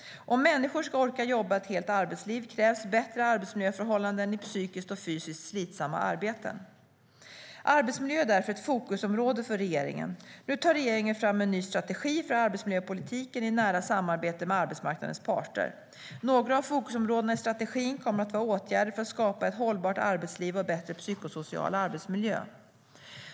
Om människor ska orka jobba ett helt arbetsliv krävs bättre arbetsmiljöförhållanden i psykiskt och fysiskt slitsamma arbeten. Arbetsmiljö är därför ett fokusområde för regeringen. Nu tar regeringen fram en ny strategi för arbetsmiljöpolitiken i nära samarbete med arbetsmarknadens parter. Några av fokusområdena i strategin kommer att vara åtgärder för att skapa ett hållbart arbetsliv och bättre psykosocial arbetsmiljö.